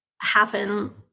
happen